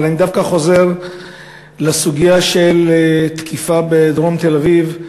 אבל אני דווקא חוזר לסוגיה של תקיפה בדרום תל-אביב,